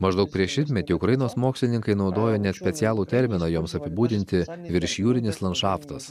maždaug prieš šimtmetį ukrainos mokslininkai naudojo net specialų terminą joms apibūdinti viršjūrinis landšaftas